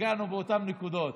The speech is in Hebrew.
נגענו באותן נקודות.